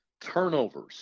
Turnovers